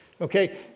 Okay